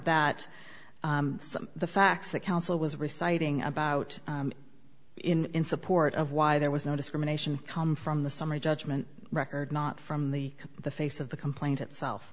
of the facts that council was reciting about in support of why there was no discrimination come from the summary judgment record not from the the face of the complaint itself